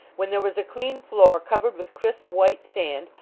when there was a clean floor covered with crisp white sand,